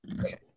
Okay